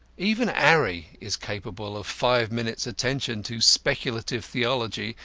even arry is capable of five minutes attention to speculative theology,